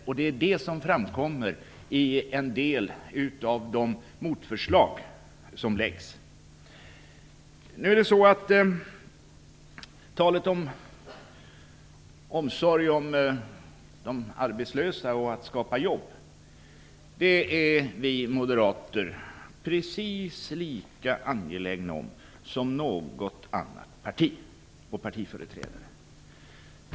Det är också det som framkommer i en del av de motförslag som läggs fram. Vi moderater har lika mycket omsorg om de arbetslösa och är lika angelägna om att skapa jobb som några andra partiföreträdare.